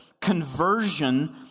Conversion